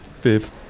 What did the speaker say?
fifth